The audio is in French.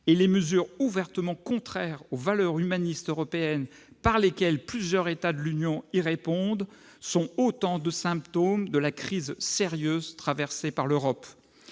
et les mesures ouvertement contraires aux valeurs humanistes européennes par lesquelles plusieurs États de l'Union y répondent sont autant de symptômes de la crise sérieuse traversée par l'Europe.